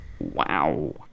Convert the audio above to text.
Wow